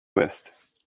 west